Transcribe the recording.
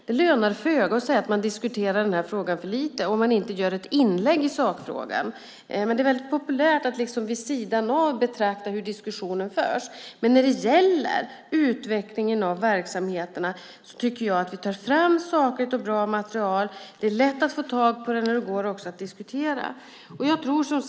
Det lönar sig föga att säga att frågan diskuteras för lite om man inte gör ett inlägg i sakfrågan. Det är dock populärt att liksom vid sidan av betrakta hur diskussionen förs. När det gäller utvecklingen av verksamheterna tycker jag att vi tar fram sakligt och bra material. Det är lätt att få tag på det, och det går också att diskutera.